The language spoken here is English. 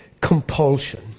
compulsion